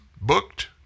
booked